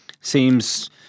seems